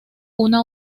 una